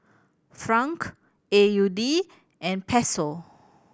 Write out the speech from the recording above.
Franc A U D and Peso